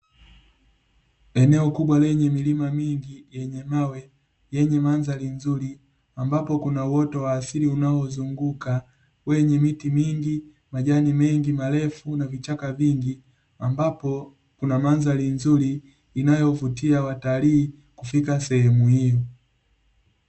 Eneo kubwa lenye milima mingi yenye mawe, yenye mandhari nzuri, ambapo kuna uoto wa asili unaouzunguka wenye miti mingi, majani mengi marefu na vichaka vingi, ambapo kuna mandhari nzuri inayovutia watalii kufika sehemu hiyo.